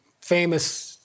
famous